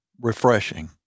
refreshing